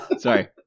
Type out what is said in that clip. Sorry